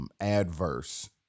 Adverse